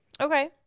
Okay